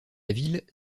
ville